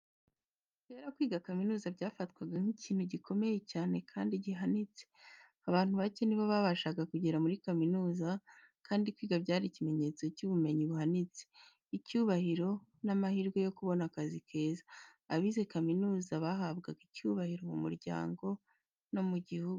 Kera, kwiga kaminuza byafatwaga nk’ikintu gikomeye cyane kandi gihanitse. Abantu bake nibo babashaga kugera muri kaminuza, kandi kwiga byari ikimenyetso cy’ubumenyi buhanitse, icyubahiro n’amahirwe yo kubona akazi keza. Abize kaminuza bahabwaga icyubahiro mu muryango no mu gihugu.